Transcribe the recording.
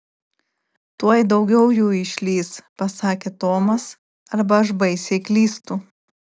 tuoj daugiau jų išlįs pasakė tomas arba aš baisiai klystu